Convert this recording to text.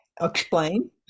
Explain